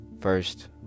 first